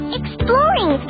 exploring